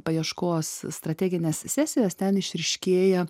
paieškos strategines sesijas ten išryškėja